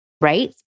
right